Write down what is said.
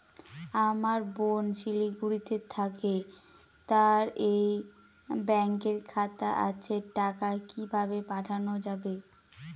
আমার বোন শিলিগুড়িতে থাকে তার এই ব্যঙকের খাতা আছে টাকা কি ভাবে পাঠানো যাবে?